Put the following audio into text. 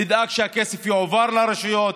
נדאג שהכסף יועבר לרשויות.